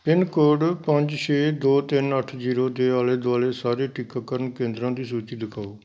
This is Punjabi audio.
ਪਿੰਨ ਕੋਡ ਪੰਜ ਛੇ ਦੋ ਤਿੰਨ ਅੱਠ ਜ਼ੀਰੋ ਦੇ ਆਲੇ ਦੁਆਲੇ ਸਾਰੇ ਟੀਕਾਕਰਨ ਕੇਂਦਰਾਂ ਦੀ ਸੂਚੀ ਦਿਖਾਓ